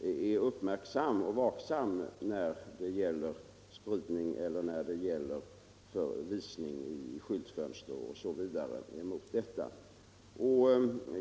är vaksam när det gäller spridning och visning i skyltfönster etc. av sådana här alster.